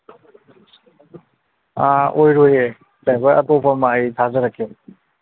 ꯑꯣꯏꯔꯣꯏꯌꯦ driver ꯑꯇꯣꯞꯄ ꯑꯃ ꯑꯩ ꯊꯥꯖꯔꯛꯀꯦꯕ